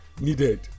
needed